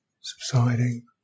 subsiding